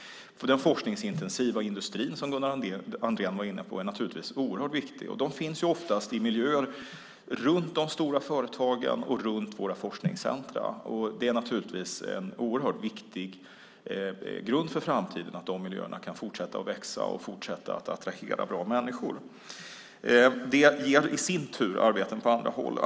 Den forskningsintensiva industrin, som Gunnar Andrén var inne på, är naturligtvis oerhört viktig. Den finns oftast i miljöer runt de stora företagen och runt våra forskningscentrum. Det är en oerhört viktig grund för framtiden att dessa miljöer kan fortsätta att växa och attrahera bra människor. Det ger i sin tur arbeten på andra håll.